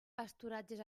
pasturatges